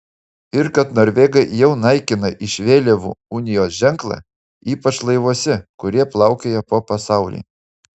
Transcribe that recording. ir kad norvegai jau naikina iš vėliavų unijos ženklą ypač laivuose kurie plaukioja po pasaulį